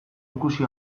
ikusi